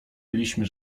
mieliśmy